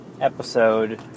episode